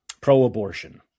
pro-abortion